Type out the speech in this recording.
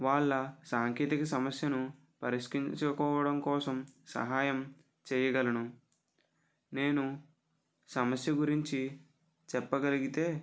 వాళ్ళ సాంకేతిక సమస్యను పరిష్కరించుకోవడం కోసం సహాయం చేయగలను నేను సమస్య గురించి చెప్పగలిగితే